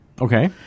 Okay